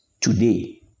today